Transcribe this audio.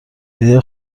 ایده